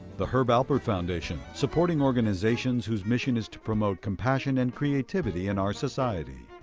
the herb alpert foundation, supporting organizations whose mission is to promote compassion and creativity in our society.